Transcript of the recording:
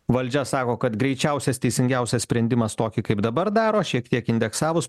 valdžia sako kad greičiausias teisingiausias sprendimas tokį kaip dabar daro šiek tiek indeksavus